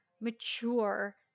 mature